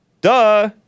Duh